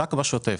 רק בשוטף.